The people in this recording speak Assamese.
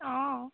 অঁ